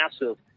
massive